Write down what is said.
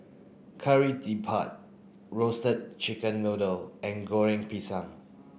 Kari roasted chicken noodle and Goreng Pisang